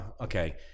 okay